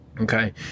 Okay